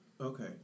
Okay